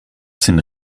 sind